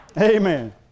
Amen